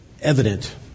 evident